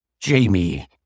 Jamie